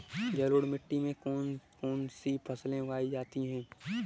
जलोढ़ मिट्टी में कौन कौन सी फसलें उगाई जाती हैं?